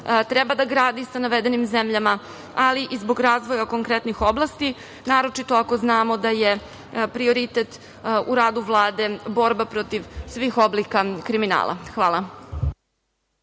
treba da gradi sa navedenim zemljama, ali i zbog razvoja konkretnih oblasti, naročito ako znamo da je prioritet u radu Vlade borba protiv svih oblika kriminala. Hvala.